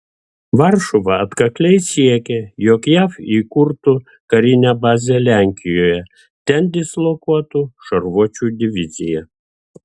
varšuva atkakliai siekia jog jav įkurtų karinę bazę lenkijoje ten dislokuotų šarvuočių diviziją